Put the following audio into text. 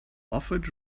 offered